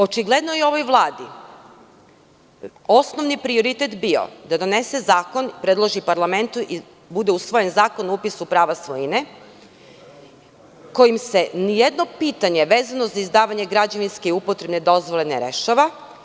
Očigledno je ovoj Vladi osnovni prioritet bio da donese zakon, predloži parlamentu i bude usvojen Zakon o upisu prava svojine kojim se nijedno pitanje vezano za izdavanje građevinske i upotrebne dozvole ne rešava.